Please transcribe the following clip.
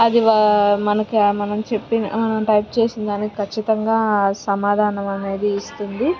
అది మనకి మనం చెప్పిన మనం టైప్ చేసినదానికి ఖచ్చితంగా సమాధానం అనేది ఇస్తుంది